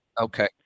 Okay